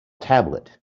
tablet